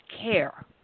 care